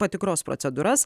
patikros procedūras